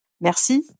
Merci